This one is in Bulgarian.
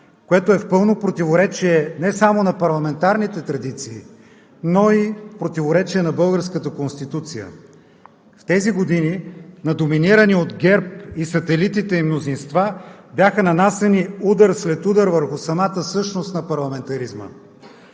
което е в пълно противоречие не само на парламентарните традиции, но и в противоречие на българската Конституция. В тези години на доминирани от ГЕРБ и сателитите им мнозинства бяха нанасяни удар след удар върху самата същност на парламентаризма,